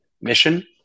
mission